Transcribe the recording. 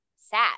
sad